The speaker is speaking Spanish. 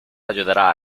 ayudara